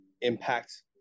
impact